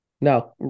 No